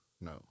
No